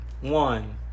One